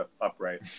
upright